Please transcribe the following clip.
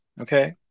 Okay